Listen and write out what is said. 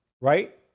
Right